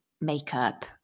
makeup